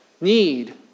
need